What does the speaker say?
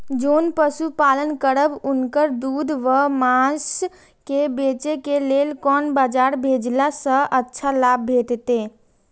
जोन पशु पालन करब उनकर दूध व माँस के बेचे के लेल कोन बाजार भेजला सँ अच्छा लाभ भेटैत?